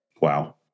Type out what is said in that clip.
Wow